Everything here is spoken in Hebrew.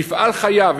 מפעל חייו,